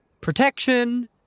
protection